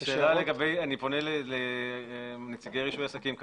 אני פונה לנציגי רישוי עסקים.